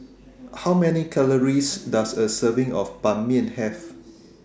How Many Calories Does A Serving of Ban Mian Have